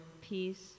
peace